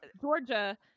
Georgia